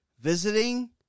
visiting